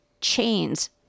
Chains